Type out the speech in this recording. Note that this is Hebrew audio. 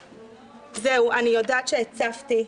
זהו, אני יודעת שהצפתי.